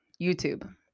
YouTube